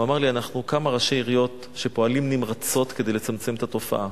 הוא אמר לי: אנחנו כמה ראשי עיריות שפועלים נמרצות כדי לצמצם את התופעה.